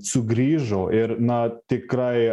sugrįžo ir na tikrai